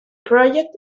project